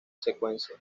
secuencia